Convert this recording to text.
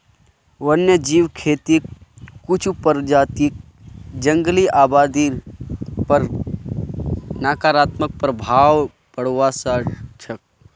वन्यजीव खेतीक कुछू प्रजातियक जंगली आबादीर पर नकारात्मक प्रभाव पोड़वा स ख छ